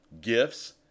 gifts